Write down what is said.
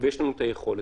ויש לנו את היכולת.